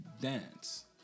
dance